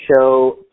show